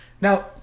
Now